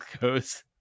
goes